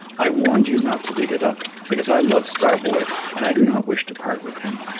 i warned you not to dig it up, because i love star-boy and i do not wish to part with him.